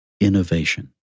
Innovation